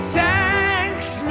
thanks